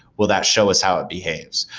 will that show us how it behaves?